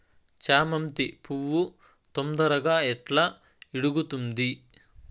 చామంతి పువ్వు తొందరగా ఎట్లా ఇడుగుతుంది?